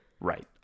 Right